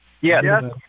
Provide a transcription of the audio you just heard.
Yes